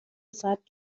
ساعت